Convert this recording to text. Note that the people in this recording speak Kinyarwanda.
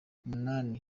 munani